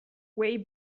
way